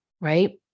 Right